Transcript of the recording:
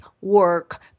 work